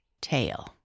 tail